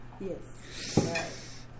Yes